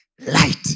light